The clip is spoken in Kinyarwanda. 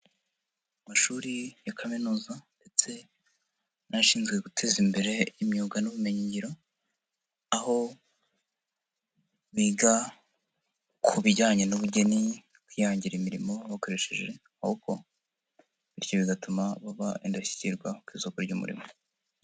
Amashuri ya kaminuza ndetse n'ashinzwe guteza imbere imyuga n'ubumenyingiro, aho biga ku bijyanye n'ubugeni, kwihangira imirimo bakoresheje amaboko bityo bigatuma baba indashyikirwa ku isoko ry'umurimo.